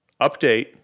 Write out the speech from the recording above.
Update